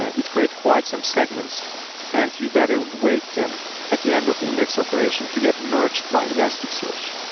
ah it creates quite some segments and you better wait and at the end of the index operation to get merged by elasticsearch.